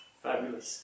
fabulous